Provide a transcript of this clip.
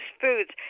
foods